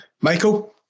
Michael